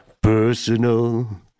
personal